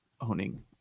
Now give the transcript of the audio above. owning